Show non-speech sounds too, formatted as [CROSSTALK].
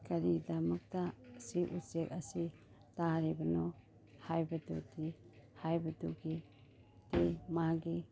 ꯀꯔꯤꯗꯃꯛꯇ ꯁꯤ ꯎꯆꯦꯛ ꯑꯁꯤ ꯇꯥꯔꯤꯕꯅꯣ ꯍꯥꯏꯕꯗꯨꯗꯤ ꯍꯥꯏꯕꯗꯨꯒꯤ [UNINTELLIGIBLE] ꯃꯥꯒꯤ